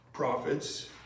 prophets